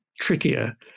trickier